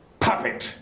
puppet